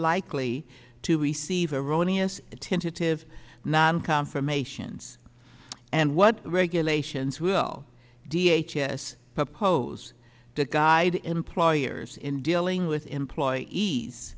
likely to receive erroneous tentative naan confirmations and what regulations will d h s s propose to guide employers in dealing with employees